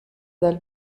dal